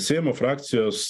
seimo frakcijos